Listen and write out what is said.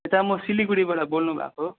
यता म सिलगढीबाट बोल्नु भएको